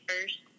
first